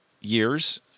years